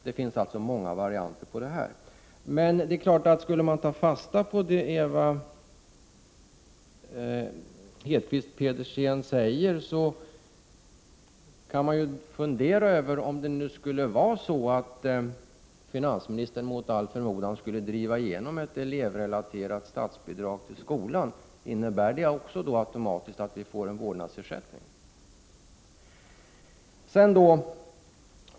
Det finns alltså många varianter när det gäller barnomsorgen. Men det är klart att man kan fundera över det som Ewa Hedkvist Petersen säger. Om finansministern mot all förmodan skulle driva igenom ett elevrelaterat statsbidrag till skolan, innebär det automatiskt att vi också får en vårdnadsersättning?